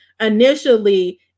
initially